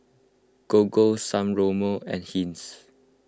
Gogo San Remo and Heinz